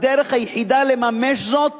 הדרך היחידה לממש זאת